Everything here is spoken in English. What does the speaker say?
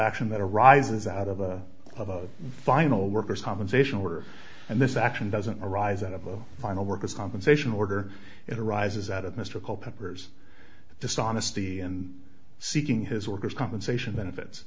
action that arises out of a of a final workers compensation order and this action doesn't arise out of a final worker's compensation order it arises out of mr culpepper's dishonesty and seeking his workers compensation benefits